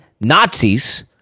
Nazis